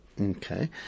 Okay